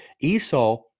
Esau